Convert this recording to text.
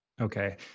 Okay